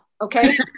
okay